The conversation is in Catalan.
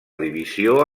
divisió